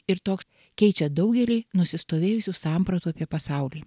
ir toks keičia daugelį nusistovėjusių sampratų apie pasaulį